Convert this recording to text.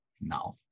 now